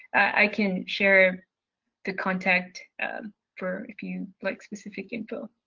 i can share the contact for if you'd like specific info.